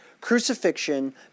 crucifixion